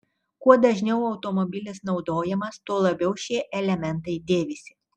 kuo dažniau automobilis naudojamas tuo labiau šie elementai dėvisi